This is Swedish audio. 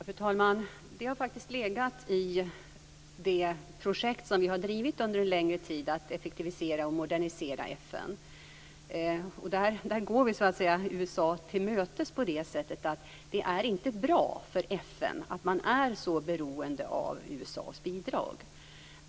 Fru talman! Detta har faktiskt legat i det projekt som vi har drivit under en längre tid för att effektivisera och modernisera FN. Vi går USA till mötes på det sättet att det inte är bra för FN att man är så beroende av USA:s bidrag.